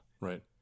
Right